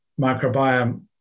microbiome